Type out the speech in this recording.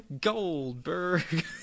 Goldberg